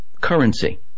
currency